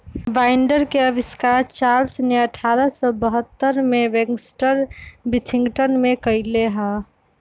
binder के आविष्कार Charles ने अठारह सौ बहत्तर में बैक्सटर विथिंगटन में कइले हल